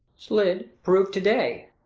slid, prove to-day,